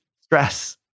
Stress